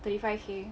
thirty five k